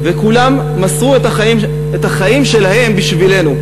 וכולם מסרו את החיים שלהם בשבילנו.